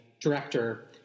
director